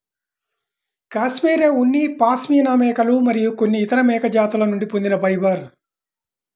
cashmere ఉన్ని పాష్మినా మేకలు మరియు కొన్ని ఇతర మేక జాతుల నుండి పొందిన ఫైబర్